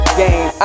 game